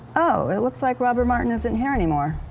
oh. it looks like robert martin isn't here anymore.